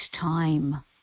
time